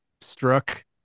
struck